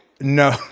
no